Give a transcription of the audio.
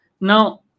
Now